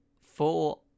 Four